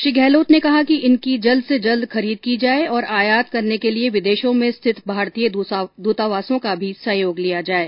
श्री गहलोत ने कहा कि इनकी जल्द से जल्द खरीद की जाये और आयात करने के लिए विदेशों में स्थित भारतीय दूतावासों का भी सहयोग लिया जाये